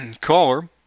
caller